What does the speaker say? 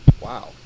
Wow